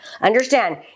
Understand